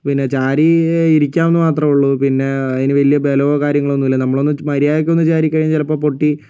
പിന്നെ ചാരി ഇരിക്കാമെന്നു മാത്രമേയുള്ളൂ പിന്നെ അതിനു വലിയ ബലമോ കാര്യങ്ങളൊന്നുമില്ല നമ്മളൊന്ന് മര്യാദക്കൊന്ന് ചാരിക്കഴിഞ്ഞാൽ ചിലപ്പോൾ പൊട്ടി